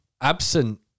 absent